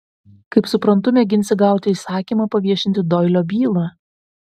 kaip suprantu mėginsi gauti įsakymą paviešinti doilio bylą